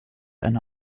eine